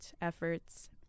efforts